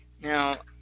Now